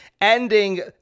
ending